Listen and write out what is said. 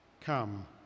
Come